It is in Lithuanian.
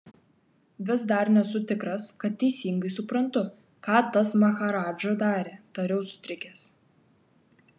vis dar nesu tikras kad teisingai suprantu ką tas maharadža darė tariau sutrikęs